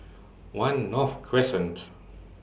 one North Crescent